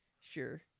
Sure